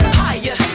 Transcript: higher